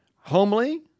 homely